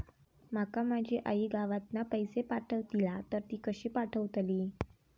माका माझी आई गावातना पैसे पाठवतीला तर ती कशी पाठवतली?